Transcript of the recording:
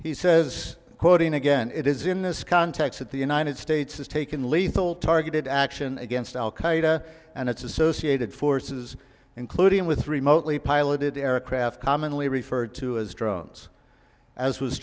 he says quoting again it is in this context that the united states has taken lethal targeted action against al qaeda and its associated forces including with remotely piloted aircraft commonly referred to as drones as was